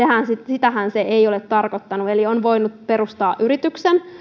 sitähän se ei ole tarkoittanut eli on voinut perustaa yrityksen